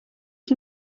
can